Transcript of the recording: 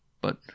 But